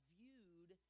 viewed